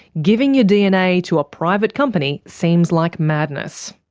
giving your dna to a private company seems like madness.